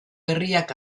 berriak